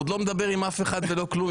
והוא עוד לא מדבר עם אף אחד ולא כלום,